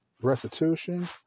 restitution